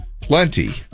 Plenty